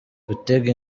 gutega